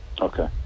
Okay